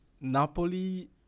Napoli